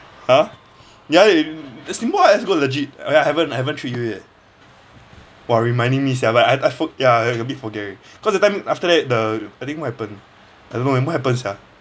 !huh! ya steamboat ah let's go legit oh ya I haven't haven't treat you yet !wah! reminding me sia but I I forg~ ya a bit forget already 'cause that time after that the I think what happened I don't know what happened sia